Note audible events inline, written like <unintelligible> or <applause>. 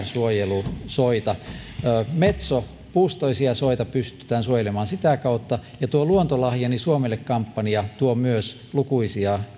<unintelligible> suojelusoita metso puustoisia soita pystytään suojelemaan sitä kautta ja luontolahjani suomelle kampanja tuo myös lukuisia